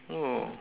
oh